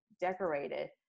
decorated